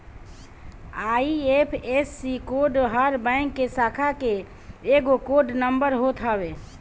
IFSC code हर bank के शाखा के एगो कोड नंबर होत हवे